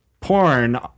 Porn